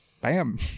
bam